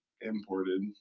imported